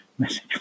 message